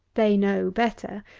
they know better.